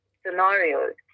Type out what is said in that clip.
scenarios